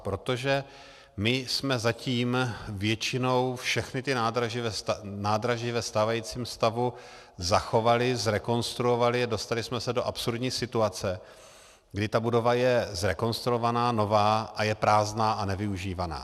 Protože my jsme zatím většinou všechna ta nádraží ve stávajícím stavu zachovali, zrekonstruovali a dostali jsme se do absurdní situace, kdy ta budova je zrekonstruovaná, nová a je prázdná a nevyužívaná.